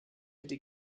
hätte